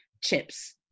chips